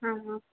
ஆ ஆ